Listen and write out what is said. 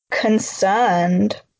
concerned